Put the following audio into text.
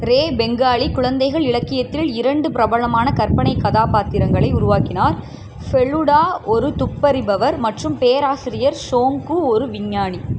ரே பெங்காலி குழந்தைகள் இலக்கியத்தில் இரண்டு பிரபலமான கற்பனைக் கதாபாத்திரங்களை உருவாக்கினார் ஃபெலுடா ஒரு துப்பறிபவர் மற்றும் பேராசிரியர் ஷோங்கு ஒரு விஞ்ஞானி